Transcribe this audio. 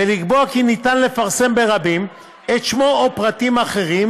ולקבוע כי מותר לפרסם ברבים את שמו או פרטים אחרים